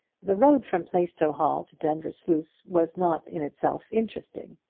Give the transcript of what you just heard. the road from plaistow hall to denvir sluice was not in itself interesting.